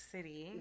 City